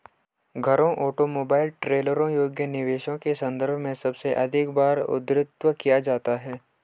घरों, ऑटोमोबाइल, ट्रेलरों योग्य निवेशों के संदर्भ में सबसे अधिक बार उद्धृत किया जाता है